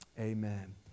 amen